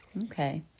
Okay